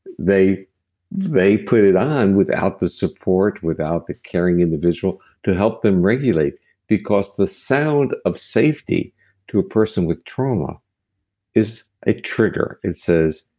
they they put it on without the support, without the caring individual to help them regulate because the sound of safety to a person with trauma is a trigger. it says,